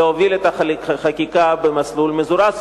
להוביל את החקיקה במסלול מזורז,